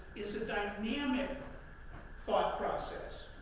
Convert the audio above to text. is a dynamic thought process,